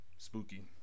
Spooky